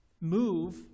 move